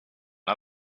was